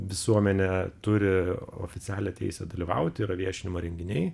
visuomenė turi oficialią teisę dalyvauti yra viešinimo renginiai